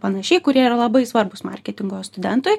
panašiai kurie yra labai svarbūs marketingo studentui